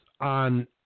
on